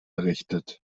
errichtet